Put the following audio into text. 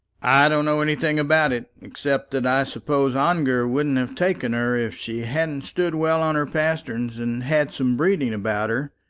i don't know anything about it, except that i suppose ongar wouldn't have taken her if she hadn't stood well on her pasterns, and had some breeding about her.